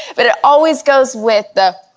but it always goes with the